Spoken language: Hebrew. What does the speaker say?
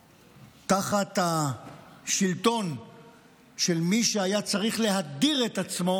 ותחת השלטון של מי שהיה צריך להדיר את עצמו